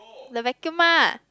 the vacuum lah